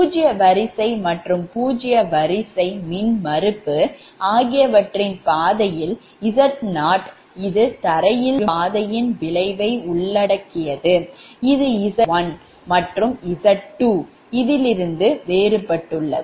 பூஜ்ஜிய வரிசை மற்றும் பூஜ்ஜிய வரிசை மின்மறுப்பு ஆகியவற்றின் பாதையில் 𝑍0 இது தரையில் திரும்பும் பாதையின் விளைவை உள்ளடக்கியது இது Z1 மற்றும் z2 இலிருந்து வேறுபட்டது